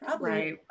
Right